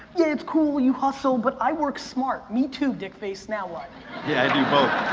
it's cool, you hustle, but i work smart. me too dick face, now what? yeah, i do both.